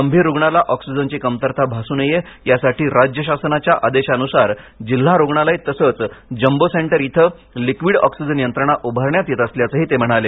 गंभीर रुग्णाला ऑक्सिजनची कमतरता भासू नये यासाठी राज्य शासनाच्या आदेशानुसार जिल्हा रुग्णालय तसेच जंबो सेंटर येथे लिक्विड ऑक्सीजन यंत्रणा उभारण्यात येत असल्याचेही ते म्हणाले